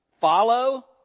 Follow